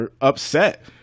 upset